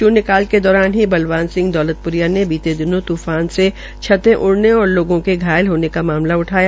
शून्य काल के दौरान ही बल्वान सिह दौलतपुरिया ने बीते दिनों तूफान से छते उड़ने और लोगों के घायल होने का मामल भी उठाय